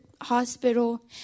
hospital